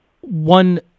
one